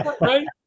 Right